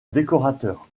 décorateur